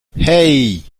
hey